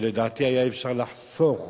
ולדעתי היה אפשר לחסוך